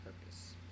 purpose